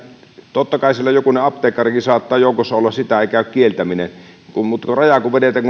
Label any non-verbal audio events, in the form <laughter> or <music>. totta kai siellä jokunen apteekkarikin saattaa joukossa olla sitä ei käy kieltäminen raja kun vedetään <unintelligible>